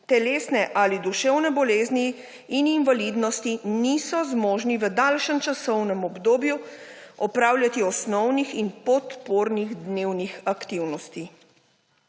telesne ali duševne bolezni in invalidnosti niso zmožni v daljšem časovnem odboju opravljati osnovnih in podpornih dnevnih aktivnostih.